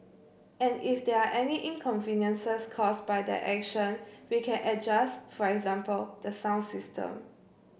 and if there are any inconveniences caused by that action we can adjust for example the sound system